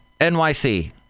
NYC